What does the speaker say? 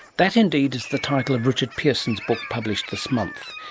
that indeed is the title of richard pearson's book, published this month.